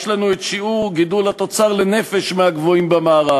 יש לנו שיעור גידול התוצר לנפש מהגבוהים במערב.